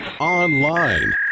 online